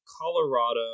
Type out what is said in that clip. Colorado